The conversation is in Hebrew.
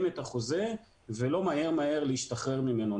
את החוזה ולא מהר מהר להשתחרר ממנו.